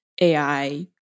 AI